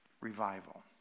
revival